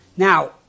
Now